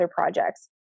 projects